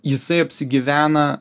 jisai apsigyvena